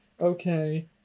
Okay